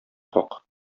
как